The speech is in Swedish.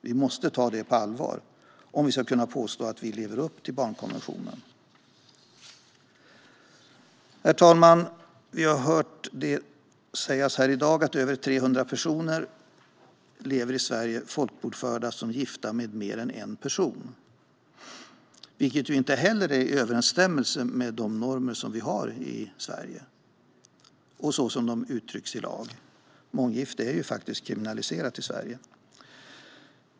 Vi måste ta detta på allvar om vi ska kunna påstå att vi lever upp till barnkonventionen. Herr talman! Vi har här i dag hört sägas att över 300 personer lever i Sverige folkbokförda som gifta med mer än en person, vilket inte heller står i överensstämmelse med de normer vi har i Sverige så som de uttrycks i lag. Månggifte är faktiskt kriminaliserat i Sverige.